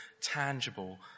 tangible